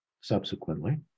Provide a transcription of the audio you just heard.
subsequently